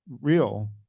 real